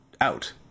out